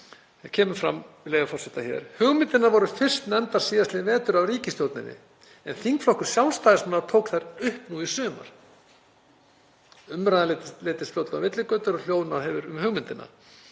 með leyfi forseta: „Hugmyndirnar voru fyrst nefndar síðastliðinn vetur af ríkisstjórninni, en þingflokkur sjálfstæðismanna tók þær upp nú í sumar. Umræðan leiddist fljótlega á villigötur og hljóðnað hefur um hugmyndina.